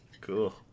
Cool